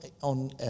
on